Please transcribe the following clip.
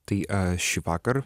tai šįvakar